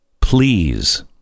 Please